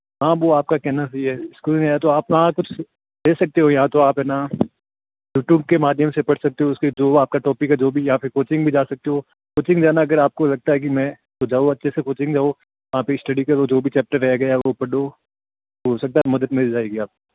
हाँ वो आपका कहना सही है इसको भी है तो आप कहाँ कुछ दे सकते हो या तो आप है ना यूट्यूब के माध्यम से पढ़ सकते हो उसके जो आपका टॉपिक का जो भी यहाँ पे कोचिंग भी जा सकते हो कोचिंग जाना अगर आपको लगता है की मैं तो जाऊं अच्छे से कोचिंग जाऊं आपकी स्टडी करो जो भी चैपटर रह गया वो पढ़ो तो हो सकता है मदद मिल जाएगी आपको